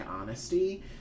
honesty